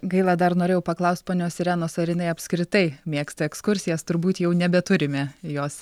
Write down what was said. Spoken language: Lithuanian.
gaila dar norėjau paklaust ponios irenos ar jinai apskritai mėgsta ekskursijas turbūt jau nebeturime jos